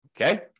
Okay